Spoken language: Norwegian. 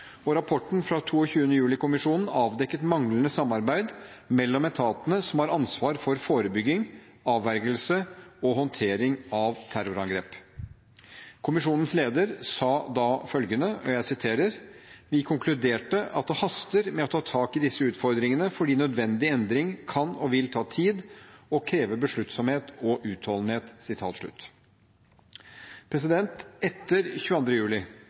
hverandre. Rapporten fra 22. juli-kommisjonen avdekket manglende samarbeid mellom etatene som har ansvar for forebygging, avvergelse og håndtering av terrorangrep. Kommisjonens leder sa da følgende: «Vi konkluderte at det haster med å ta tak i disse utfordringene fordi nødvendig endring kan og vil ta tid, og krever besluttsomhet og utholdenhet.» Etter 22. juli